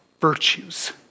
virtues